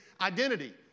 identity